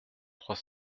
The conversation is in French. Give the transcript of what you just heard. trois